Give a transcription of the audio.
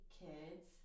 kids